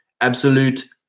absolute